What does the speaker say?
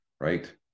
right